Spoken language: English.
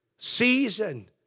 Season